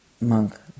monk